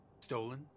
Stolen